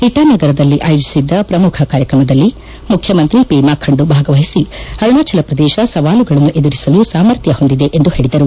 ಇಟಾ ನಗರದಲ್ಲಿ ಆಯೋಜಿಸಿದ್ದ ಪ್ರಮುಖ ಕಾರ್ಯಕ್ರಮದಲ್ಲಿ ಮುಖ್ಚಮಂತ್ರಿ ಪೇಮಾ ಖಂಡು ಭಾಗವಹಿಸಿ ಅರುಣಾಚಲ ಪ್ರದೇಶ ಸವಾಲುಗಳನ್ನು ಎದುರಿಸಲು ಸಾಮರ್ಥ್ಯ ಹೊಂದಿದೆ ಎಂದು ಹೇಳಿದರು